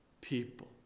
people